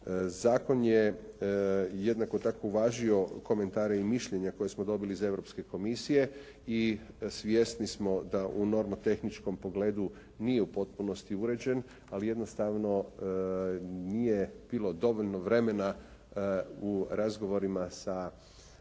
Zakon je jednako tako uvažio komentare i mišljenja koje smo dobili iz Europske komisije i svjesni smo da u nomotehničkom pogledu nije u potpunosti uređen, ali jednostavno nije bilo dovoljno vremena u razgovorima sa određenim